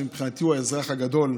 שמבחינתי הוא האזרח הגדול,